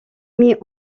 mis